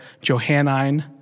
Johannine